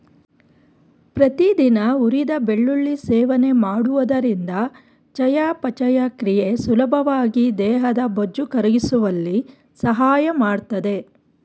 ಪ್ರತಿದಿನ ಹುರಿದ ಬೆಳ್ಳುಳ್ಳಿ ಸೇವನೆ ಮಾಡುವುದರಿಂದ ಚಯಾಪಚಯ ಕ್ರಿಯೆ ಸುಲಭವಾಗಿ ದೇಹದ ಬೊಜ್ಜು ಕರಗಿಸುವಲ್ಲಿ ಸಹಾಯ ಮಾಡ್ತದೆ